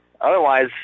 Otherwise